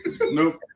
Nope